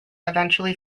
eventually